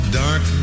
dark